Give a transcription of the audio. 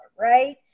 right